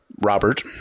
Robert